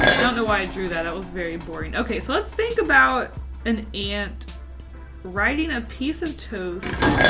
i don't know why i drew that. it was very boring. okay, so let's think about an ant riding a piece of toast.